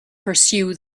pursue